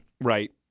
Right